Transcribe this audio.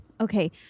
okay